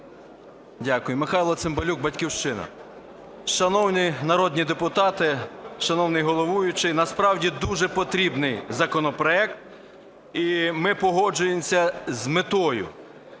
Дякую. Михайло Цимбалюк, "Батьківщина". Шановні народні депутати, шановний головуючий! Насправді дуже потрібний законопроект, і ми погоджуємося з метою